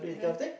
then